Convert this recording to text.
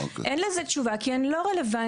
אין לזה תשובה כי הן לא רלוונטיות,